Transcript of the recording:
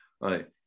right